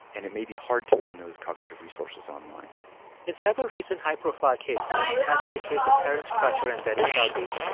and it may be hard to bring those cognitive resources online in several recent high-profile cases, as for the case of terence crutcher and betty betty shelby,